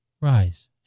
Rise